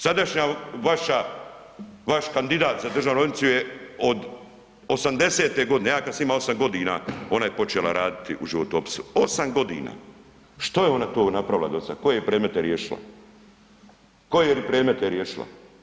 Sadašnja vaša, vaš kandidat za državnu odvjetnicu je od '80. godine, ja kad sam ima 8 godina ona je počela raditi u životopisu, 8 godina, što je ona to napravila do sada, koje predmete je riješila, koje je predmete riješila.